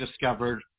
discovered